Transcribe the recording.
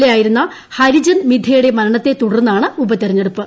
A ിച്ചായിരുന്ന ഹരിചന്ദ് മിദ്ധയുടെ മരണത്തെ തുടർന്നാണ് ഉപതിരഞ്ഞെടുപ്പ്